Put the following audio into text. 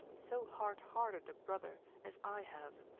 so hard-hearted a brother, as i have!